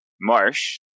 Marsh